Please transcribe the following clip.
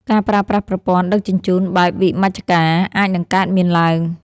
ការប្រើប្រាស់ប្រព័ន្ធដឹកជញ្ជូនបែបវិមជ្ឈការ អាចនឹងកើតមានឡើង។